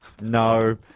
No